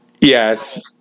Yes